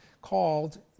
called